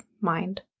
mind